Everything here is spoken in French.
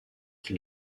qui